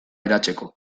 eratzeko